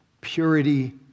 purity